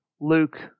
Luke